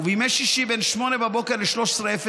ובימי שישי בין 08:00 ל-13:00.